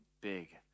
big